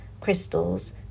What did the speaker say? crystals